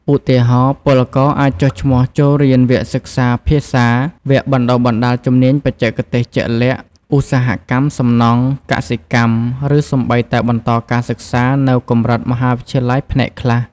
ឧទាហរណ៍ ពលករអាចចុះឈ្មោះចូលរៀនវគ្គសិក្សាភាសា វគ្គបណ្ដុះបណ្ដាលជំនាញបច្ចេកទេសជាក់លាក់ (ឧស្សាហកម្ម សំណង់ កសិកម្ម) ឬសូម្បីតែបន្តការសិក្សានៅកម្រិតមហាវិទ្យាល័យផ្នែកខ្លះ។